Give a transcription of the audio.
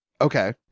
Okay